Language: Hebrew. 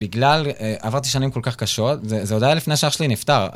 בגלל עברתי שנים כל כך קשות, זה עוד היה לפני שאח שלי נפטר.